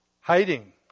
Hiding